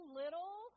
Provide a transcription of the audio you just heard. little